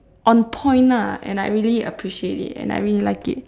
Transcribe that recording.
on point lah and I really appreciate it and I really like it